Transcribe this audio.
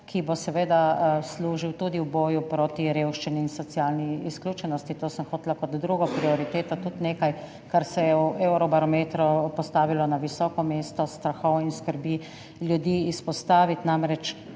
ki bo seveda služil tudi v boju proti revščini in socialni izključenosti. To sem hotela tudi kot drugo prioriteto, kot nekaj, kar se je v Eurobarometru postavilo na visoko mesto strahov in skrbi ljudi, izpostaviti. Namreč,